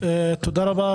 תודה רבה,